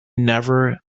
never